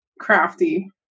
crafty